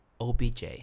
OBJ